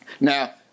now